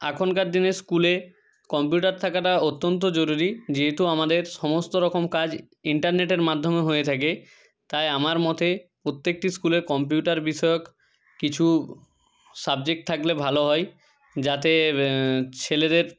এখনকার দিনের স্কুলে কম্পিউটার থাকাটা অত্যন্ত জরুরি যেহেতু আমাদের সমস্ত রকম কাজ ইন্টারনেটের মাধ্যমে হয়ে থাকে তাই আমার মতে প্রত্যেকটি স্কুলের কম্পিউটার বিষয়ক কিছু সাবজেক্ট থাকলে ভালো হয় যাতে ছেলেদের